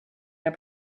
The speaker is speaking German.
der